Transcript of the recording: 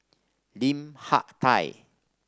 Lim Hak Tai